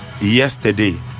yesterday